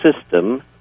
system